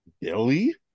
billy